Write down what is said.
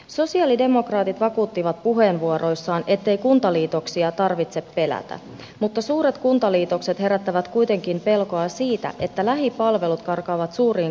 sosialidemokraatit vakuuttivat puheenvuoroissaan ettei kuntaliitoksia tarvitse pelätä mutta suuret kuntaliitokset herättävät kuitenkin pelkoa siitä että lähipalvelut karkaavat suuriin kasvukeskuksiin